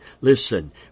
Listen